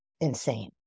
insane